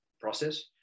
process